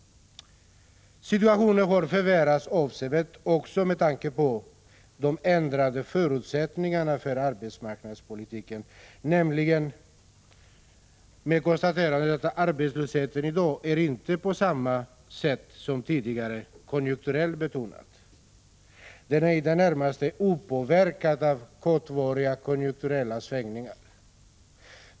Situationen har förvärrats avsevärt också med tanke på de ändrade förutsättningarna för arbetsmarknadspolitiken, nämligen med konstaterandet att arbetslösheten i dag inte på samma sätt som tidigare är konjunkturellt betingad. Den är i det närmaste opåverkad av kortvariga konjunkturella svängningar.